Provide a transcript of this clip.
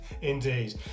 Indeed